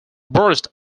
burst